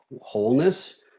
wholeness